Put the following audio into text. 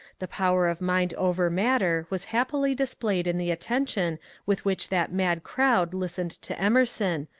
the power of mind over matter was happily displayed in the attention with which that mad crowd listened to emerson,